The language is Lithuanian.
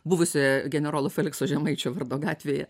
buvusioje generolo felikso žemaičio vardo gatvėje